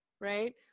right